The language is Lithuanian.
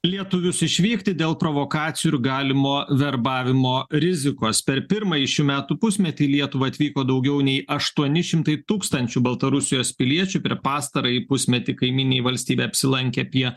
lietuvius išvykti dėl provokacijų ir galimo verbavimo rizikos per pirmąjį šių metų pusmetį į lietuvą atvyko daugiau nei aštuoni šimtai tūkstančių baltarusijos piliečių per pastarąjį pusmetį kaimyninėj valstybėj apsilankė apie